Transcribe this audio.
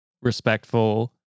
respectful